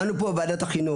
אנו נמצאים פה בוועדת חינוך.